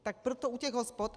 Tak proto u těch hospod.